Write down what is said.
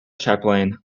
chaplain